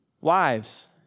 Wives